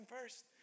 first